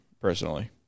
personally